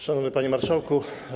Szanowny Panie Marszałku!